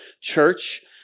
church